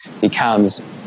becomes